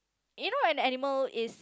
you know when an animal is